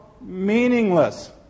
meaningless